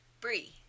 Brie